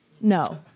No